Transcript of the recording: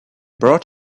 brought